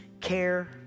care